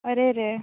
अरे रे